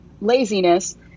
laziness